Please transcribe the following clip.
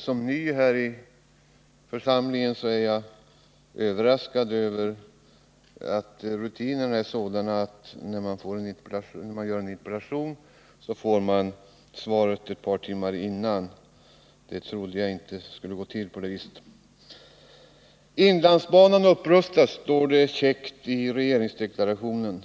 Som ny här i församlingen är jag överraskad över att rutinerna är sådana att man, när man väckt en interpellation, får det skriftliga svaret på den först ett par timmar innan frågan skall debatteras här i kammaren — jag trodde inte att det skulle gå till på det viset. ”Inlandsbanan upprustas”, står det käckt i regeringsdeklarationen,